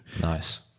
Nice